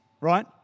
right